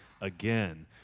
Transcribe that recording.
again